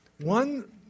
one